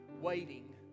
Waiting